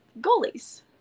Goalies